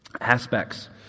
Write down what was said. aspects